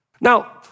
Now